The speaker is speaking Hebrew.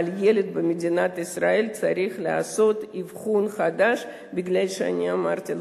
אבל ילד במדינת ישראל צריך לעשות אבחון חדש כפי שאמרתי,